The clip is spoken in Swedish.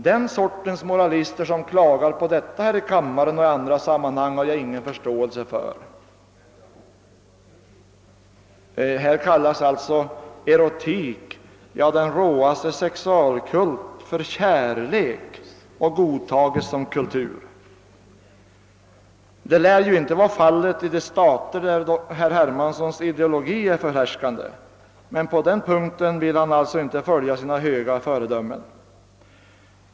Den sortens moralister som klagar på detta här i kammaren och i andra sammanhang har jag ingen förståelse för.» Här kallas alltså erotik, ja den råaste sexualkult, för kärlek och godtas som kultur. Det lär inte vara förhållandet i de stater där herr Hermanssons ideologi är förhärskande, men på den punkten vill han alltså inte följa sina höga föredömen.